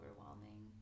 overwhelming